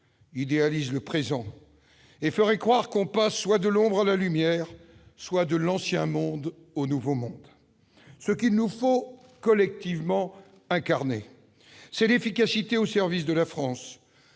idéalisent le présent et feraient croire qu'on passe soit de « l'ombre à la lumière », soit de « l'ancien monde au nouveau monde »! Ce qu'il nous faut collectivement incarner, c'est l'efficacité au service de la France,